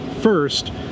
First